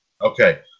Okay